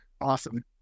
Awesome